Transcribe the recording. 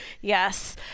Yes